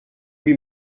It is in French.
oui